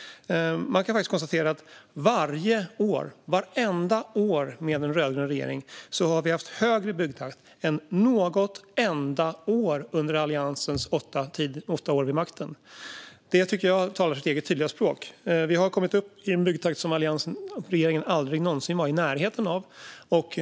Vartenda år med en rödgrön regering har vi haft högre byggtakt än något enda år under Alliansens åtta år vid makten. Det tycker jag talar sitt eget tydliga språk. Vi har kommit upp i en byggtakt som alliansregeringen aldrig någonsin var i närheten av.